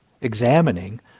examining